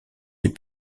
les